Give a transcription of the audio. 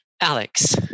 Alex